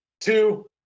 Two